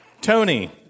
Tony